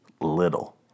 little